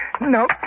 No